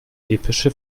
epische